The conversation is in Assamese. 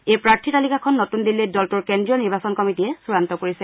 এই প্ৰাৰ্থী তালিকাখন নতূন দিল্লীত দলটোৰ কেন্দ্ৰীয় নিৰ্বাচন কমিটীয়ে চূড়ান্ত কৰিছে